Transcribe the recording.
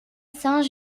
saint